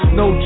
no